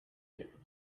you